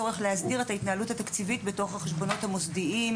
את הצורך להסדיר את ההתנהלות התקציבית בתוך החשבונות המוסדיים,